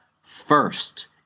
first